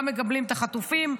גם מקבלים את החטופים,